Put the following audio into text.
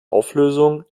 auflösung